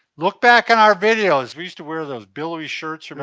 look back on our videos. we used to wear those billowy shirts, you know